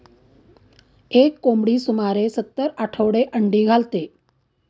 एक कोंबडी सुमारे सत्तर आठवडे अंडी घालते